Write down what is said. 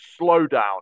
slowdown